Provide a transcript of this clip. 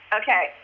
Okay